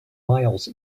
miles